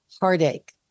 heartache